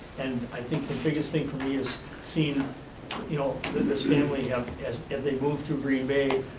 and i think the biggest thing for me is seeing you know this family, um as as they move through green bay,